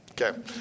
Okay